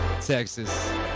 Texas